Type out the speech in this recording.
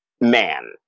man